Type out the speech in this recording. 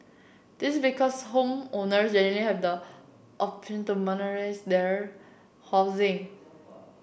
this is because homeowners generally have the option to monetise their housing